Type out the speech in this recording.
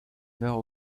meurt